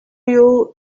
you